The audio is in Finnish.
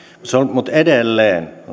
mutta edelleen